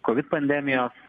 kovid pandemijos